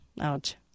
Ouch